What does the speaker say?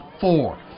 four